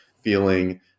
feeling